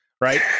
Right